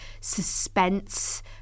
suspense